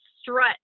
strut